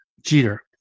Jeter